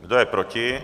Kdo je proti?